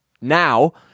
now